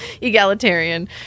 egalitarian